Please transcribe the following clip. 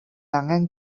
angen